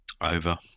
Over